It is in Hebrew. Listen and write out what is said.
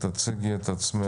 קודם כול,